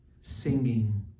singing